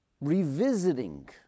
revisiting